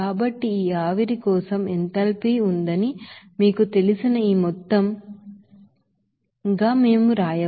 కాబట్టి ఈ ఆవిరి కోసం ఎంథాల్పీ ఉందని మీకు తెలిసిన ఈ మొత్తం అని మేము చెప్పవచ్చు